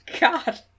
god